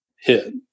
hit